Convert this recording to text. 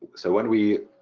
so when we